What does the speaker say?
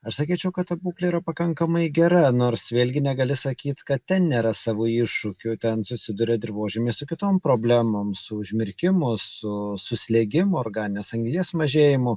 aš sakyčiau kad ta būklė yra pakankamai gera nors vėlgi negali sakyt kad ten nėra savo iššūkių ten susiduria dirvožemis su kitom problemom su užmirkimu su suslėgimu organinės anglies mažėjimu